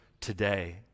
today